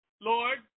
Lord